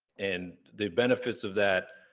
and the benefits of that,